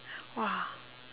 !wah!